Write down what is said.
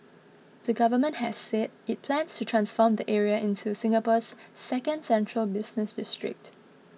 the government has said it plans to transform the area into Singapore's second central business district